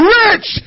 rich